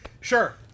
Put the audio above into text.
Sure